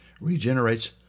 regenerates